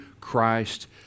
Christ